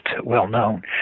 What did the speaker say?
well-known